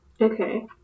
Okay